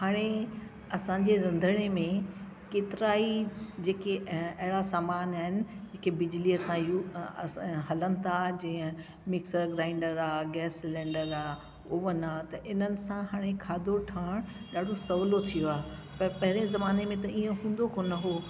हाणे असांजे रंधिणे में केतिरा ई जेके अ अहिड़ा सामानु आहिनि के बिजलीअ सां हलनि था जीअं मिक्सर ग्राइंडर आहे गैस सिलेंडर आहे हूअ न त इन्हनि सां हाणे खाधो ठहण ॾाढो सवलो थी वियो आहे भई पहिरें ज़माने में इहो पूरो कोन्ह हो